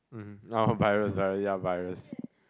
hmm oh virus virus yea virus